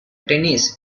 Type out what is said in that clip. tennis